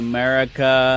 America